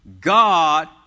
God